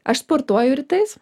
aš sportuoju rytais